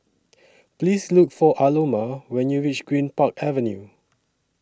Please Look For Aloma when YOU REACH Greenpark Avenue